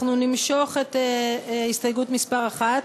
אנחנו נמשוך את הסתייגות מס' 1,